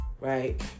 right